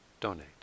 donate